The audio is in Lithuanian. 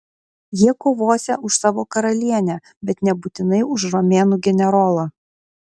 jie kovosią už savo karalienę bet nebūtinai už romėnų generolą